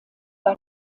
bei